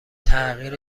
تغییر